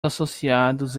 associados